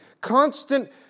Constant